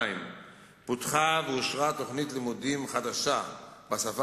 2. פותחה ואושרה תוכנית לימודים חדשה בשפה